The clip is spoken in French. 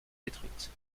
détruite